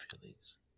feelings